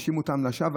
האשימו אותם לשווא,